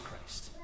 Christ